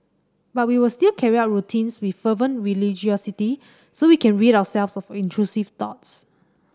but we will still carry out routines with fervent religiosity so we can rid ourselves of intrusive thoughts